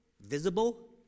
visible